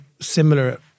similar